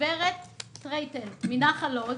הגברת טריטל מנחל עוז,